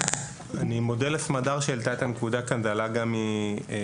אני מודה לסמדר שהעלתה את הנקודה כאן זה עלה גם מרונית.